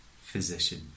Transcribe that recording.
physician